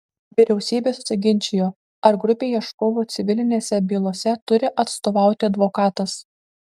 vyriausybė susiginčijo ar grupei ieškovų civilinėse bylose turi atstovauti advokatas